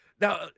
Now